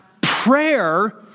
prayer